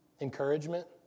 Encouragement